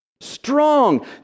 strong